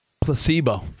Placebo